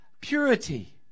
purity